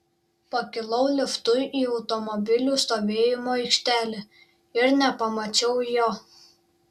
pakilau liftu į automobilių stovėjimo aikštelę ir nepamačiau jo